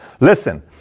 listen